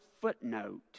footnote